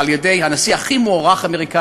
על-ידי הנשיא האמריקני הכי מוערך,